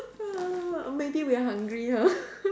ah or maybe we are hungry now